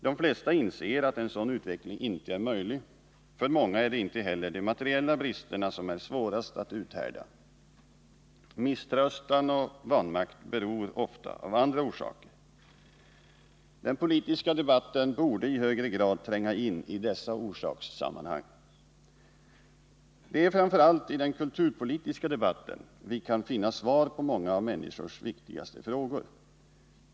De flesta inser att en sådan utveckling inte är möjlig. För många är det inte heller de materiella bristerna som är svårast att uthärda. Misströstan och vanmakt har ofta andra orsaker. Den politiska debatten borde i högre grad tränga in i dessa orsakssammanhang. Det är framför allt i den kulturpolitiska debatten vi kan finna svar på många av människors viktigaste frågor.